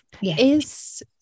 Yes